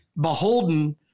beholden